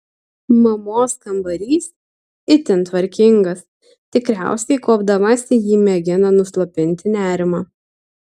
mamos kambarys itin tvarkingas tikriausiai kuopdamasi ji mėgina nuslopinti nerimą